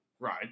Right